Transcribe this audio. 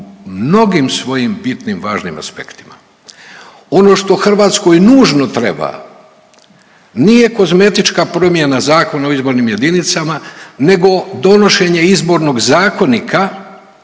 mnogim svojim bitnim i važnim aspektima. Ono što Hrvatskoj nužno treba nije kozmetička promjena Zakona o izbornim jedinicama nego donošenje Izbornog zakonika